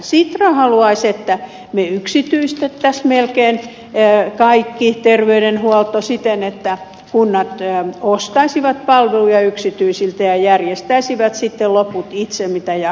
sitra haluaisi että melkein kaikki terveydenhuolto yksityistettäisiin siten että kunnat ostaisivat palveluja yksityisiltä ja järjestäisivät sitten loput itse mitä jaksavat